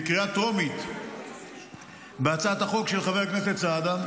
בקריאה טרומית בהצעת החוק של חבר הכנסת סעדה,